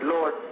Lord